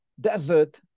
desert